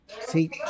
See